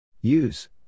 Use